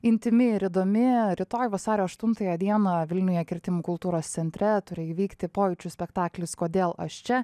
intymi ir įdomi rytoj vasario aštuntąją dieną vilniuje kirtimų kultūros centre turi įvykti pojūčių spektaklis kodėl aš čia